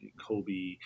Kobe